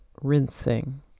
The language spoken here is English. rinsing